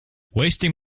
wasting